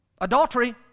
adultery